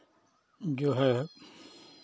जो है